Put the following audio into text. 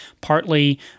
partly